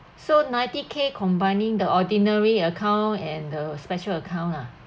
so ninety K combining the ordinary account and the special account lah